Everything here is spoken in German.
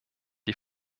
die